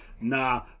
nah